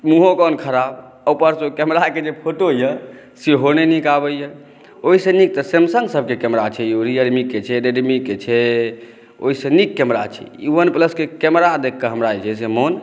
मुँहो अपन ख़राब ऊपरसँ ओ कैमराक जे फ़ोटो अइ सेहो नहि नीक आबैए ओहिसँ नीक तऽ सैमसंग सभके कैमरा छै यौ रियलमीक छै रेडमीक छै ओहिसँ नीक कैमरा छै ई वन प्लसक कैमरा देखिकऽ हमरा जे छै मोन